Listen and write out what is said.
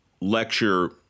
lecture